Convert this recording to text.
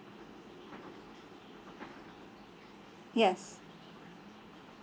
yes